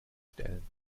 stellen